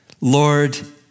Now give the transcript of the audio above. Lord